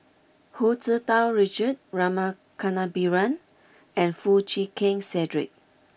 Hu Tsu Tau Richard Rama Kannabiran and Foo Chee Keng Cedric